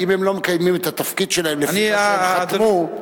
אם הם לא מקיימים את התפקיד שלהם לפני שהם חתמו.